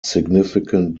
significant